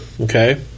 okay